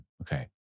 Okay